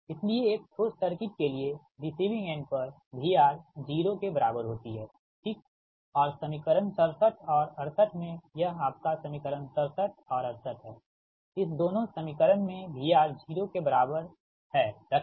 इसलिए एक ठोस शॉर्ट सर्किट के लिए रिसीविंग एंड पर VR 0 के बराबर होती है ठीक और समीकरण 67 और 68 में यह आपका समीकरण 67 और 68 है इस दोनों समीकरण मे VR 0 के बराबर है रखें